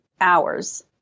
hours